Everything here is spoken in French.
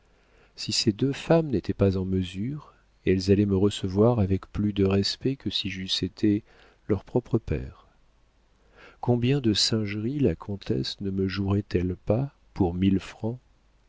si ces deux femmes n'étaient pas en mesure elles allaient me recevoir avec plus de respect que si j'eusse été leur propre père combien de singeries la comtesse ne me jouerait elle pas pour mille francs